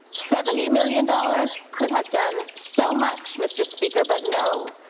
seventy million dollars could have done so much mr. speaker, but no,